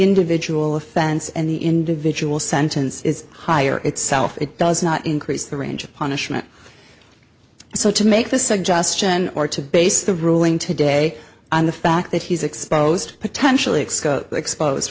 individual offense and the individual sentence is higher itself it does not increase the range of punishment so to make this suggestion or to base the ruling today on the fact that he's exposed potentially expose